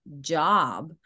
job